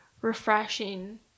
refreshing